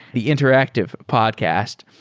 the interactive podcast.